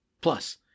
Plus